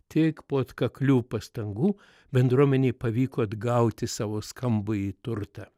tik po atkaklių pastangų bendruomenei pavyko atgauti savo skambųjį turtą